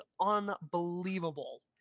unbelievable